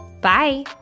Bye